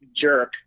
jerk